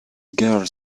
girl